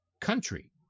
country